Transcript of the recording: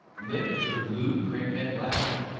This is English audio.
lift the blue print head latch.